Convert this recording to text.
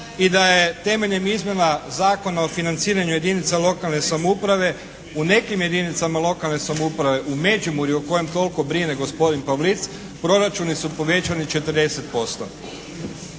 i da je temeljem izmjena Zakona o financiranju jedinica lokalne samouprave u nekim jedinicama lokalne samouprave u Međimurku o kojem toliko brine gospodin Pavlic, proračuni su povećani 40%.